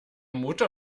motor